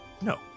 No